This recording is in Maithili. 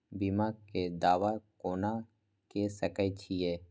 बीमा के दावा कोना के सके छिऐ?